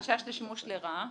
חשש לשימוש לרעה,